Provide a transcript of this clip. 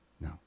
no